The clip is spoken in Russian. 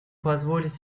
позволить